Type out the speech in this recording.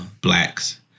Blacks